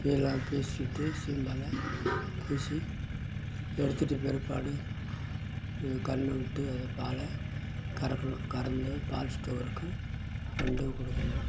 எல்லாம் பூசிவிட்டு சீம்பாலை பூசி எடுத்துவிட்ட பிற்பாடு எங்கள் கன்றை விட்டு அது பாலை கறக்கணும் கறந்து பால் ஸ்டோருக்கு கொண்டு போய் கொடுக்கணும்